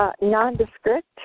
Nondescript